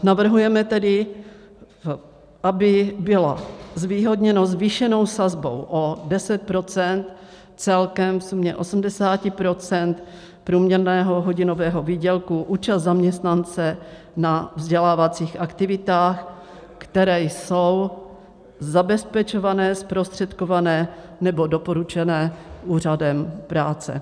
Navrhujeme tedy, aby byla zvýhodněna zvýšenou sazbou o 10 %, celkem v sumě 80 % průměrného hodinového výdělku, účast zaměstnance na vzdělávacích aktivitách, které jsou zabezpečované, zprostředkované nebo doporučené úřadem práce.